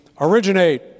originate